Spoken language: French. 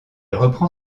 reprend